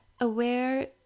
aware